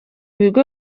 bigo